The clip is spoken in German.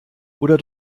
oder